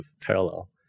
parallel